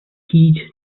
heed